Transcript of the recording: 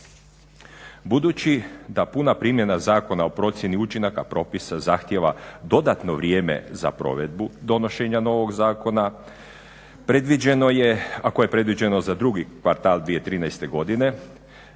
Budući da puna primjena zakona o procjeni učinaka propisa zahtijeva dodatno vrijeme za provedbu donošenja novog zakona predviđeno je ako je predviđeno za drugi kvartal 2013. godine